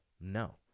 no